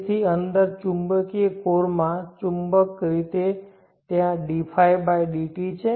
તેથી અંદર ચુંબકીય કોર માં ચુંબકીય રીતે ત્યાં dϕdt છે